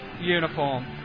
uniform